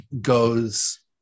goes